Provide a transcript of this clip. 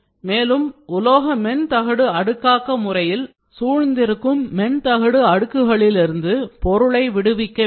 மேலும் உலோக மென் தகடு அடுக்காக்க முறையில் சூழ்ந்திருக்கும் மென் தகடு அடுக்குகளிலிருந்து பொருளை விடுவிக்க வேண்டும்